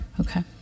Okay